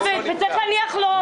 הוא נפטר וצריך להניח לו.